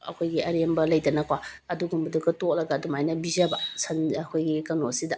ꯑꯩꯈꯣꯏꯒꯤ ꯑꯔꯦꯝꯕ ꯂꯩꯗꯅꯀꯣ ꯑꯗꯨꯒꯨꯝꯕꯗꯨꯒ ꯇꯣꯠꯂꯒ ꯑꯗꯨꯃꯥꯏꯅ ꯄꯤꯖꯕ ꯁꯟ ꯑꯩꯈꯣꯏꯒꯤ ꯀꯩꯅꯣꯁꯤꯗ